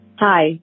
Hi